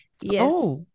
yes